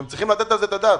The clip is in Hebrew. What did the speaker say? אתם צריכים לתת על זה את הדעת,